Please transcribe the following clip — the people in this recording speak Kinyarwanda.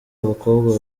abakobwa